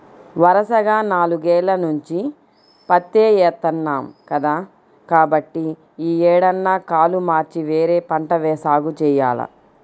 వరసగా నాలుగేల్ల నుంచి పత్తే ఏత్తన్నాం కదా, కాబట్టి యీ ఏడన్నా కాలు మార్చి వేరే పంట సాగు జెయ్యాల